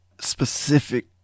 specific